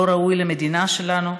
לא ראוי למדינה שלנו.